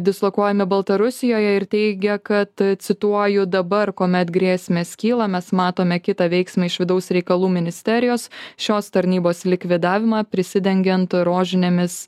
dislokuojami baltarusijoje ir teigia kad cituoju dabar kuomet grėsmės kyla mes matome kitą veiksmą iš vidaus reikalų ministerijos šios tarnybos likvidavimą prisidengiant rožinėmis